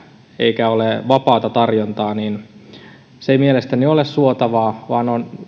eikä ole vapaata tarjontaa ei mielestäni ole suotava vaan on